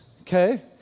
okay